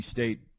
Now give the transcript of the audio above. State